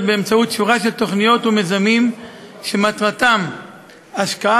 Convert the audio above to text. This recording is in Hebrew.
באמצעות שורה של תוכניות ומיזמים שמטרתם השקעה